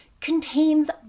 contains